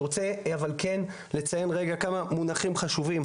אני רוצה לציין רגע כמה מונחים חשובים.